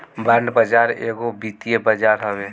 bond बाजार एगो वित्तीय बाजार हवे